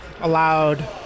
allowed